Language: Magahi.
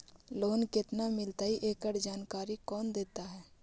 लोन केत्ना मिलतई एकड़ जानकारी कौन देता है?